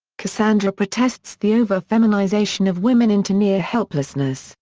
cassandra protests the over-feminisation of women into near helplessness,